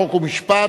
חוק ומשפט